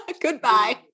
goodbye